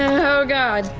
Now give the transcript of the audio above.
oh god!